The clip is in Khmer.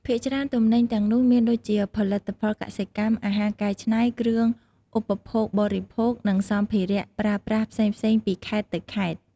ភាគច្រើនទំនិញទាំងនោះមានដូចជា ផលិតផលកសិកម្ម អាហារកែច្នៃ គ្រឿងឧបភោគបរិភោគ និងសម្ភារប្រើប្រាស់ផ្សេងៗពីខេត្តទៅខេត្ត។